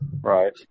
Right